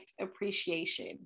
appreciation